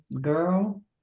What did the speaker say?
girl